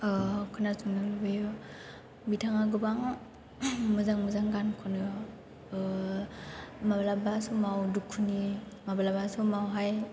खोनासंनो लुबैयो बिथाङा गोबां मोजां मोजां गान खनो माब्लाबा समाव दुखुनि माब्लाबा समावहाय